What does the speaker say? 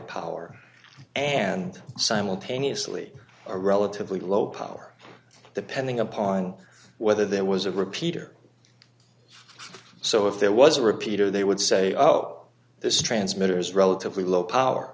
power and simultaneously a relatively low power depending upon whether there was a repeater so if there was a repeater they would say oh this transmitter is relatively low power